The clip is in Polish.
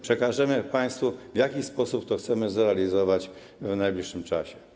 Przekażemy państwu, w jaki sposób chcemy to zrealizować w najbliższym czasie.